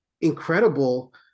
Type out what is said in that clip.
incredible